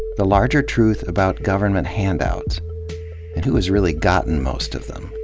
the larger truth about government handouts and who has really gotten most of them.